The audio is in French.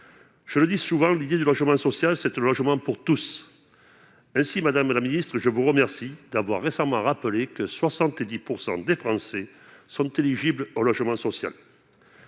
je le dis souvent, l'idée du logement social c'est le logement pour tous ! Aussi, madame la ministre, je vous remercie d'avoir récemment rappelé que 70 % des Français sont éligibles à un logement social.